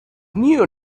knew